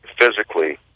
physically